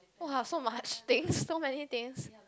!wah! so much things so many things